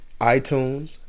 iTunes